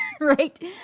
right